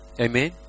Amen